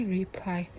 reply